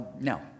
No